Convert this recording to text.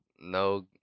no